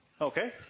Okay